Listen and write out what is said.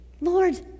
Lord